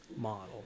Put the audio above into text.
model